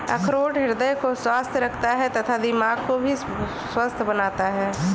अखरोट हृदय को स्वस्थ रखता है तथा दिमाग को भी स्वस्थ बनाता है